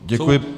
Děkuji.